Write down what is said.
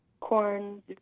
corn